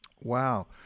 Wow